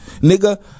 nigga